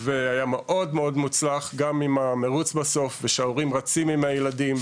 היה מאוד מוצלח גם עם המרוץ בסוף וגם שההורים רצים עם הילדים,